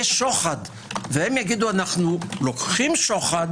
זה שוחד והם יגידו: אנחנו לוקחים שוחד